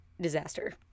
disaster